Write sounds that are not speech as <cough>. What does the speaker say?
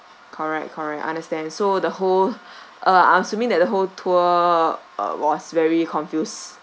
correct correct understand so the whole <breath> uh I'm assuming that the whole tour uh was very confused